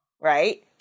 Right